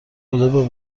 خدابه